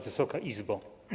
Wysoka Izbo!